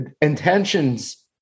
intentions